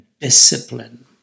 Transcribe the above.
discipline